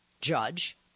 judge